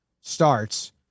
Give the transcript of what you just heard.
starts